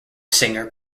singer